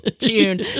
June